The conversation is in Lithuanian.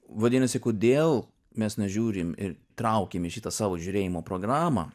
vadinasi kodėl mes nežiūrim ir traukėm į šitą savo žiūrėjimo programą